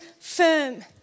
firm